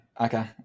Okay